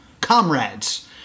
comrades